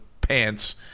pants